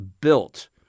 built